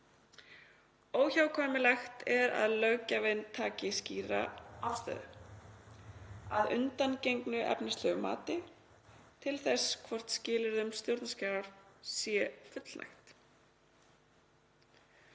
Óhjákvæmilegt er að löggjafinn taki skýra afstöðu, að undangengnu efnislegu mati, til þess hvort skilyrðum stjórnarskrárákvæða sé fullnægt.